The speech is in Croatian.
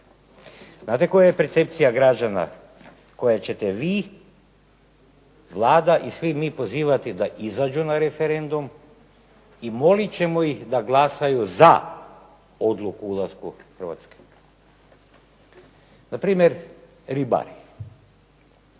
Znate koja je percepcija građana koja ćete vi Vlada i svi mi pozivati da izađu na referendum i molit ćemo ih da glasaju za odluku ulaska Hrvatske. Npr. ribari.